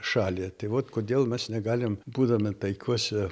šalį tai vot kodėl mes negalim būdami taikiose